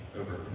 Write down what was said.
over